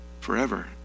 Forever